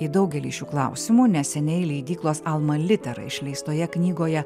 į daugelį šių klausimų neseniai leidyklos alma litera išleistoje knygoje